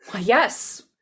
Yes